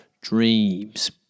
Dreams